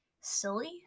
silly